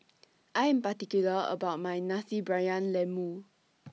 I Am particular about My Nasi Briyani Lembu